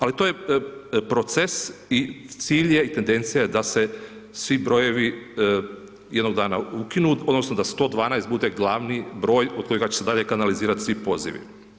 Ali to je proces i cilj je i tendencija je da se svi brojevi jednog dana ukinu, odnosno, da 112 bude glavni broj od kojega će se dalje kanalizirati svi pozivi.